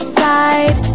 side